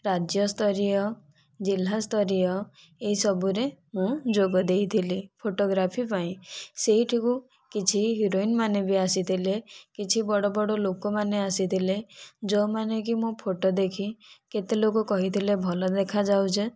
ରାଜ୍ୟ ସ୍ତରୀୟ ଜିଲ୍ଲା ସ୍ତରୀୟ ଏହି ସବୁରେ ମୁଁ ଯୋଗ ଦେଇଥିଲି ଫଟୋଗ୍ରାଫି ପାଇଁ ସେଠାକୁ କିଛି ହିରୋଇନ୍ମାନେ ବି ଆସିଥିଲେ କିଛି ବଡ଼ ବଡ଼ ଲୋକମାନେ ଆସିଥିଲେ ଯେଉଁମାନେକି ମୋ' ଫଟୋ ଦେଖିକି କେତେ ଲୋକ କହିଥିଲେ ଭଲ ଦେଖାଯାଉଛି